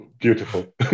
Beautiful